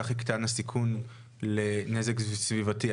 כך יקטן הסיכון לנזק סביבתית.